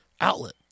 outlet